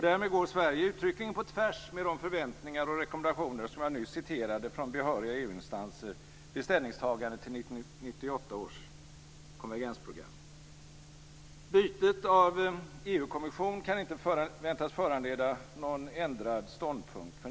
Därmed går Sverige uttryckligen på tvärs med de förväntningar och rekommendationer som jag nyss citerade från behöriga EU-instanser vid ställningstagandet till 1998 års konvergensprogram. Bytet av EU-kommission kan inte väntas föranleda någon ändrad ståndpunkt.